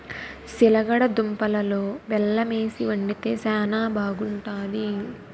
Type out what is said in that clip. సిలగడ దుంపలలో బెల్లమేసి వండితే శానా బాగుంటాది